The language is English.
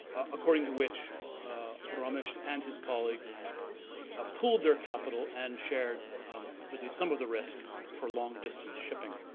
according to which ramisht and his colleagues ah pooled their capital and shared at least some of the risk for long distance shipping.